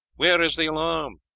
where is the alarm?